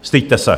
Styďte se!